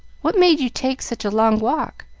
what made you take such a long walk?